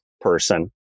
person